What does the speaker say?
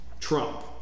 Trump